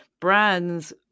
brands